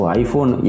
iPhone